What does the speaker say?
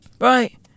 right